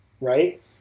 right